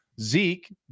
Zeke